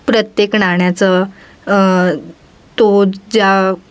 प्रत्येक नाण्याचं तो ज्या